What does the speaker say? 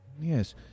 Yes